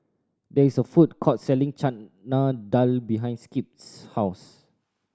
there is a food court selling Chana Dal behind Skip's house